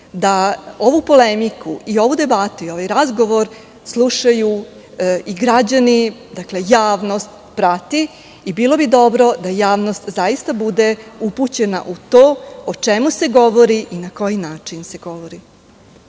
da ovu polemiku i ovu debatu i ovaj razgovor slušaju i građani, javnost prati i bilo bi dobro da javnost zaista bude upućena u to o čemu se govori i na koji način se govori.